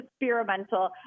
experimental